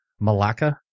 Malacca